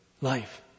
life